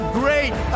great